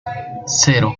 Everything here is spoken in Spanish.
cero